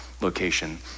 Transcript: location